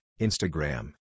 Instagram